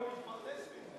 אז למה הוא מתפרנס מזה?